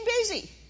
busy